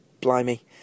blimey